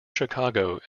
chicago